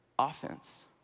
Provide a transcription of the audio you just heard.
offense